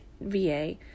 VA